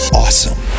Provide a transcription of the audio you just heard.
awesome